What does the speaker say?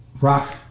Rock